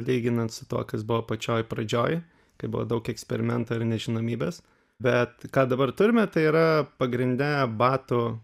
lyginant su tuo kas buvo pačioj pradžioj kai buvo daug eksperimento ir nežinomybės bet ką dabar turime tai yra pagrinde batų